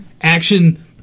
Action